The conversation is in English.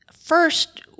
First